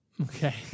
Okay